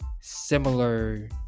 similar